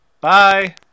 Bye